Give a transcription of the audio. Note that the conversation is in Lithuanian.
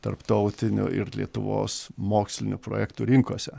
tarptautiniu ir lietuvos mokslinių projektų rinkose